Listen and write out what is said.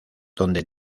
donde